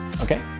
Okay